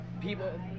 people